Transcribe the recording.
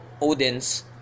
Odin's